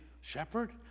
shepherd